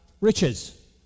Riches